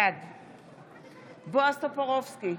בעד בועז טופורובסקי,